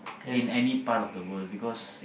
yes